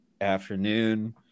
afternoon